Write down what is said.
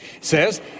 Says